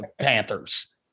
Panthers